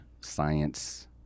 science